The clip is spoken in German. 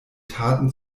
taten